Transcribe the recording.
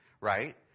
right